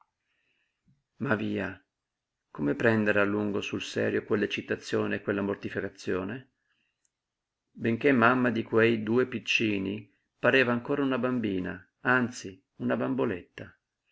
ma via come prendere a lungo sul serio quell'eccitazione e questa mortificazione benché mamma di quei due piccini pareva ancora una bambina anzi una bamboletta e